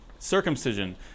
Circumcision